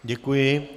Děkuji.